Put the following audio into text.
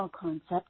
concept